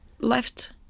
left